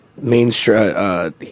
Mainstream